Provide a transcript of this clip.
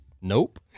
Nope